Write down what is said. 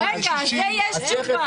58, 60. לזה יש תשובה.